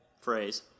phrase